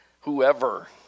whoever